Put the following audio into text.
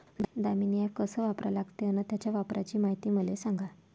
Damini app कस वापरा लागते? अन त्याच्या वापराची मायती मले सांगा